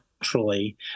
naturally